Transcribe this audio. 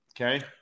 Okay